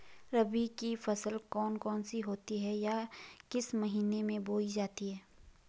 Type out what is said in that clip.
रबी की फसल कौन कौन सी होती हैं या किस महीने में बोई जाती हैं?